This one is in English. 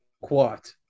Quat